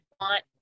want